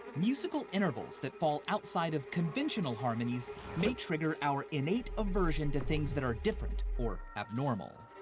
musical intervals that fall outside of conventional harmonies may trigger our innate aversion to things that are different or abnormal.